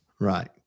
Right